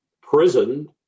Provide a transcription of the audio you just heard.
prison